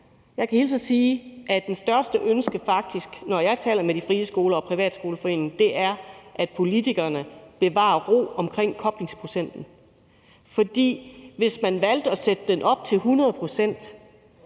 Jeg kan hilse og sige, at det største ønske, når jeg taler med FRISKOLERNE og Danmarks Private Skoler, faktisk er, at politikerne bevarer roen omkring koblingsprocenten, for hvis man valgte at sætte den op til 100,